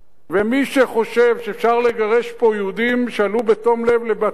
ומי שחושב שאפשר לגרש פה יהודים שעלו בתום לב לבתיהם,